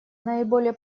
наиболее